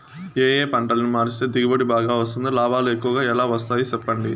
ఏ ఏ పంటలని మారిస్తే దిగుబడి బాగా వస్తుంది, లాభాలు ఎక్కువగా ఎలా వస్తాయి సెప్పండి